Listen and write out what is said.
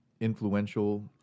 influential